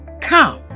come